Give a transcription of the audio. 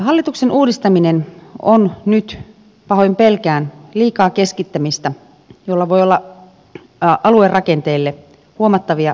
hallituksen uudistaminen on nyt pahoin pelkään liikaa keskittämistä jolla voi olla aluerakenteelle huomattavia vahinkoja